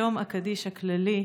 יום הקדיש הכללי,